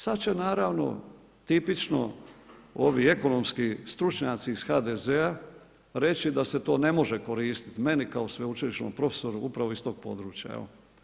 Sada će naravno, tipično, ovi ekonomski stručnjaci iz HDZ-a reći da se to ne može koristiti meni kao sveučilišnom profesoru upravo iz tog područja.